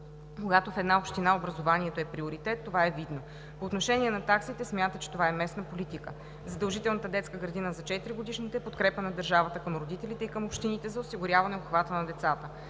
Когато в една община образованието е приоритет, това е видно. По отношение на таксите смята, че това е местна политика. Задължителната детска градина за 4-годишните е подкрепа на държавата към родителите и към общините за осигуряване обхвата на децата.